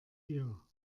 dir